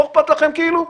לא אכפת לכם כאילו?